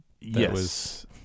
Yes